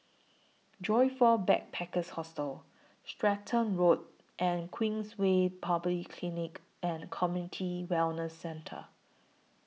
Joyfor Backpackers' Hostel Stratton Road and Queenstown Polyclinic and Community Wellness Centre